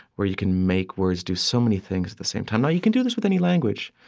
where you can make words do so many things at the same time. now, you can do this with any language.